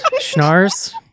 Schnars